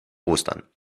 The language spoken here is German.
ostern